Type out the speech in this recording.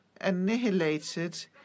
annihilated